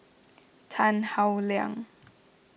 Tan Howe Liang